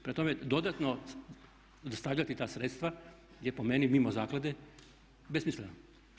Prema tome, dodatno dostavljati ta sredstva je po meni mimo zaklade besmisleno.